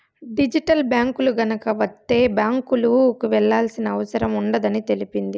digital బ్యాంకులు గనక వత్తే బ్యాంకులకు వెళ్లాల్సిన అవసరం ఉండదని తెలిపింది